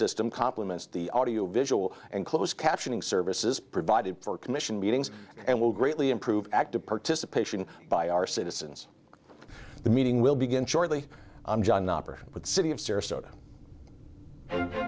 system complements the audio visual and close captioning services provided for commission meetings and will greatly improve active participation by our citizens the meeting will begin shortly with city of sarasota